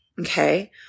okay